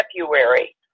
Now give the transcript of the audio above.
February